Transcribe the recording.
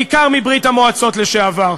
בעיקר מברית-המועצות לשעבר,